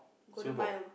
Singapore